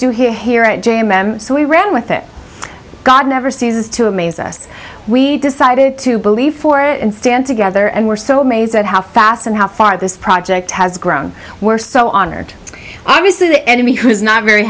m so we ran with it god never ceases to amaze us we decided to believe for it and stand together and were so amazed at how fast and how far this project has grown were so honored obviously the enemy has not very